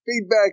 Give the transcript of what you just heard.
feedback